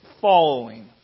following